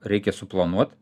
reikia suplanuot